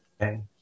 okay